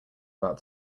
about